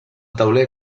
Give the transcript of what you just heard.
tauler